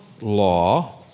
law